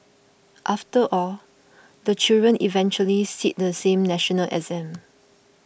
after all the children eventually sit the same national exam